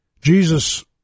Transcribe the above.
Jesus